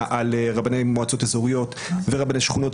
על רבני מועצות אזוריות ורבני שכונות,